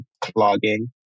clogging